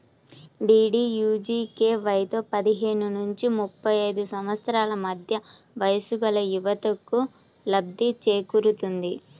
డీడీయూజీకేవైతో పదిహేను నుంచి ముప్పై ఐదు సంవత్సరాల మధ్య వయస్సుగల యువతకు లబ్ధి చేకూరుతుంది